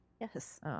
Yes